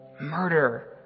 murder